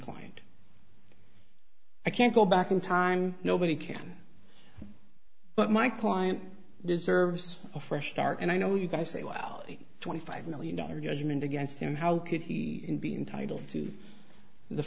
client i can't go back in time nobody can but my client deserves a fresh start and i know you guys say well twenty five million dollar judgment against him how could he be entitle to the